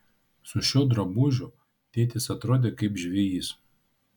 su šiuo drabužiu tėtis atrodė kaip žvejys